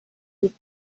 weeks